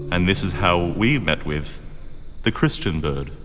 and this is how we met with the christian bird.